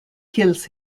kills